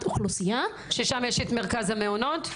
אוכלוסייה --- ששם יש את מרכז המעונות.